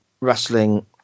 wrestling